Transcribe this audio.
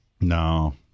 No